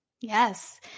Yes